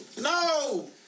No